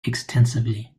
extensively